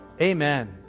amen